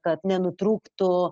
kad nenutrūktų